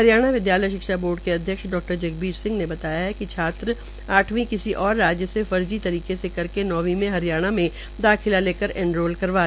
हरियाणा विद्यालय शिक्षा बोर्ड के अध्यक्ष डा जगबीर सिंह ने बताया कि छात्र आठवीं किसी ओर राज्य से फर्जी तरीके मे करके नौवीं में हरियाणा में दाखिला लेकर एनरोलमेंट करवा लेते थे